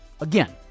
Again